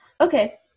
Okay